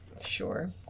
Sure